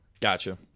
Gotcha